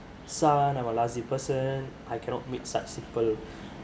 son I'm a lousy person I cannot make such simple